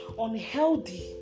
unhealthy